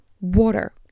water